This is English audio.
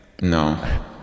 No